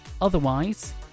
otherwise